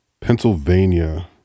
Pennsylvania